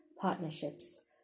partnerships